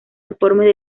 informes